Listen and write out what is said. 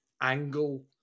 angle